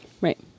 Right